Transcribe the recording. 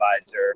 advisor